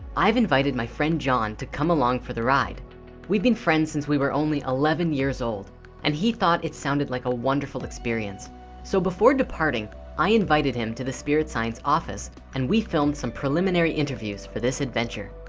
i've invited my friend john to come along for the ride we've been friends since we were only eleven years old and he thought it sounded like a wonderful experience so before departing i invited him to the spirit science office, and we filmed some preliminary interviews for this adventure